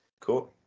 Cool